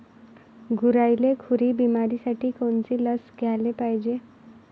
गुरांइले खुरी बिमारीसाठी कोनची लस द्याले पायजे?